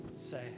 Say